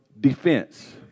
defense